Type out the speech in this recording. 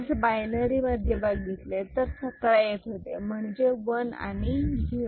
हेच बायनरी मध्ये बघितले तर 17 येत होते म्हणजे 1 आणि 0111